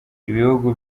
ibihugu